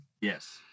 Yes